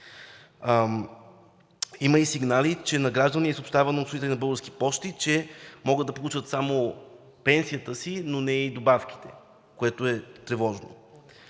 Има и сигнали, че на граждани е съобщавано от служители на „Български пощи“, че могат да получат само пенсията си, но не и добавките, което е тревожно.